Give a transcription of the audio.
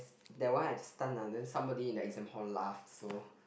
that one I just stunt ah then somebody in the exam hall laugh so